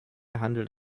handelt